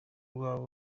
rwaba